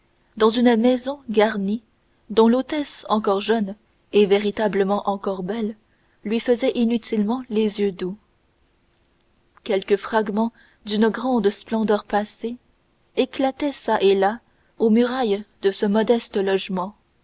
dans une maison garnie dont l'hôtesse encore jeune et véritablement encore belle lui faisait inutilement les doux yeux quelques fragments d'une grande splendeur passée éclataient çà et là aux murailles de ce modeste logement